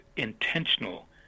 intentional